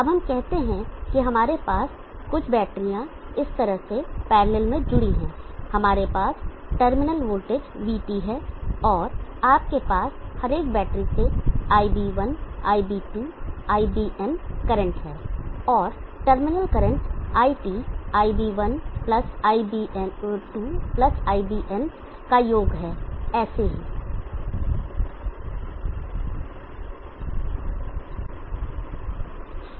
अब हम कहते हैं कि हमारे पास कुछ बैटरीआं इस तरह से पैरलल मे जुड़ी है हमारे पास टर्मिनल वोल्टेज VT है और आपके पास हर एक बैटरी से iB1 iB2 iBn करंट हैं और terminal current iT iB1 iBn iBn terminal current iT iB1 iBn iBn का योग है ऐसे ही